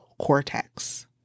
cortex